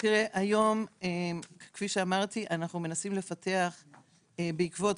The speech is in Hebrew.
מה עושים עם אותו אדם?